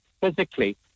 physically